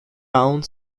round